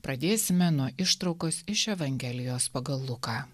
pradėsime nuo ištraukos iš evangelijos pagal luką